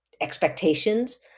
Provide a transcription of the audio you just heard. expectations